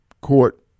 Court